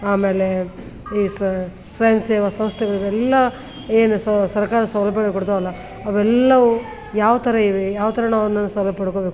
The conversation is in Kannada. ಆಮೇಲೆ ಈ ಸ್ವಯಂ ಸೇವಾ ಸಂಸ್ಥೆಗಳಿಗೆಲ್ಲ ಏನು ಸೌ ಸರ್ಕಾರದ ಸೌಲಭ್ಯಗಳನ್ನು ಕೊಡ್ತಾವಲ್ಲ ಅವೆಲ್ಲವು ಯಾವ ಥರ ಇವೆ ಯಾವ ಥರ ನಾವು ಅವನ್ನ ಸೌಲಭ್ಯ ಪಡ್ಕೊಬೇಕು